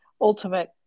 ultimate